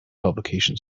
publication